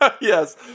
Yes